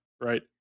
right